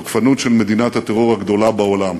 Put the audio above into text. התוקפנות של מדינת הטרור הגדולה בעולם.